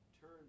Turn